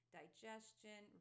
digestion